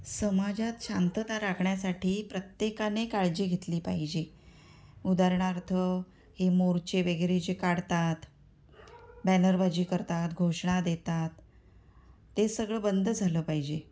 समाजात शांतता राखण्यासाठी प्रत्येकाने काळजी घेतली पाहिजे उदाहरणार्थ हे मोर्चे वगैरे जे काढतात बॅनरबाजी करतात घोषणा देतात ते सगळं बंद झालं पाहिजे